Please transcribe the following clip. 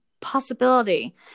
possibility